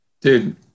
Dude